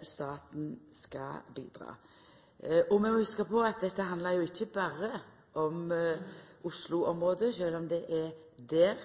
staten skal bidra. Vi må hugsa på at dette handlar ikkje berre om Oslo-området, sjølv om det er det